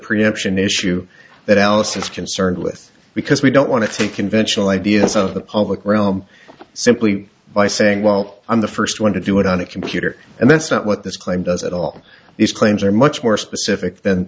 preemption issue that alice is concerned with because we don't want to take conventional ideas of the public realm simply by saying well i'm the first one to do it on a computer and that's not what this claim does at all these claims are much more specific